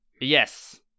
Yes